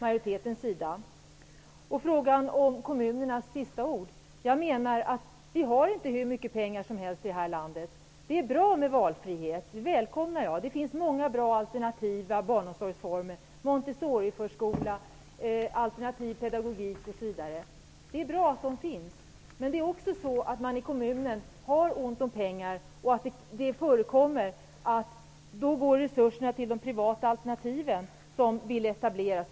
Anledningen till att jag anser att kommunerna skall ha sista ordet är att vi inte har hur mycket pengar som helst i det här landet. Det är bra med valfrihet -- det välkomnar jag. Det finns många bra alternativa barnomsorgsformer, som Montessoriförskola, Alternativ pedagogik osv. Det är bra att de finns. Men kommunerna har ont om pengar, och det förekommer att resurserna går till de privata alternativ som vill etablera sig.